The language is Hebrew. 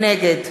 נגד